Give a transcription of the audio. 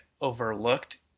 overlooked